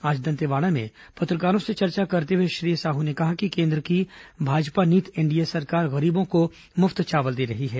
आज दंतेवाड़ा में पत्रकारों से चर्चा करते हुए श्री साहू ने कहा कि केंद्र की भाजपा नीत एनडीए सरकार गरीबों को मुफ्त चावल दे रही है